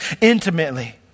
intimately